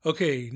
Okay